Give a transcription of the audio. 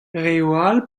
all